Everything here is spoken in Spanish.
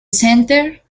center